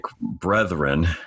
brethren